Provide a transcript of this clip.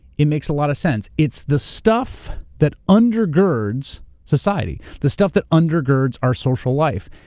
it makes a lot of sense. it's the stuff that undergirds society, the stuff that undergirds our social life.